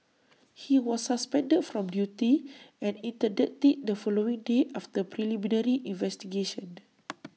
he was suspended from duty and interdicted the following day after preliminary investigations